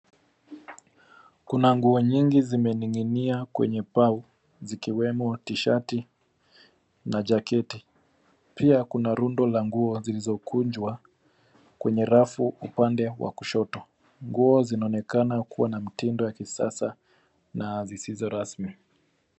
Kuna nguo nyingi zimening'inia kwenye pau zikiwemo t-shirt na jaketi. Pia kuna rundo za nguo zilizokunjwa kwenye rafu upande wa kushoto. Nguo zinaonekana kuwa na mtindo wa kisasa na zisizo rasmi.